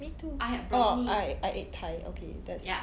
me too orh I I ate thai okay that's